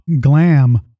glam